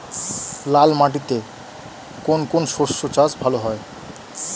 লাল মাটিতে কোন কোন শস্যের চাষ ভালো হয়?